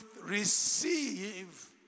receive